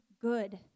good